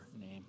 name